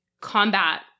combat